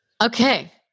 Okay